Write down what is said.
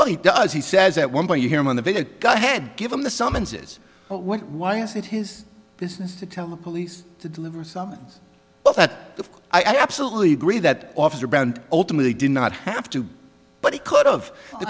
well he does he says at one point you hear him on the video go ahead give him the summons is why is it his business to tell the police to deliver a summons that i absolutely agree that officer brown ultimately did not have to but he could of the